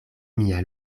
mia